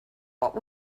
what